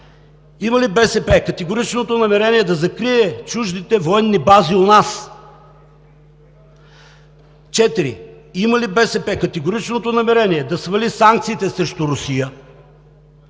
Има ли БСП категоричното намерение да закрие чуждите военни бази у нас? Четири, има ли БСП категоричното намерение да свали санкциите срещу Русия?